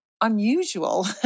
unusual